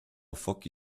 foki